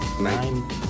Nine